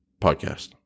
podcast